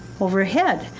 overhead.